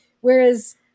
Whereas